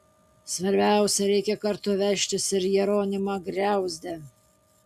svarbiausia reikia kartu vežtis ir jeronimą griauzdę